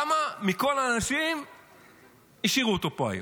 למה מכל האנשים השאירו אותו פה היום?